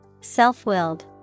Self-willed